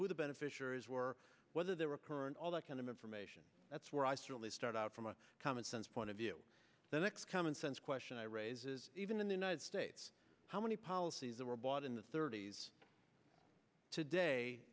who the beneficiaries were whether they were poor and all that kind of information that's where i certainly start out from a common sense point of view the next common sense question i raise is even in the united states how many policies that were bought in the thirty's today